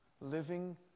living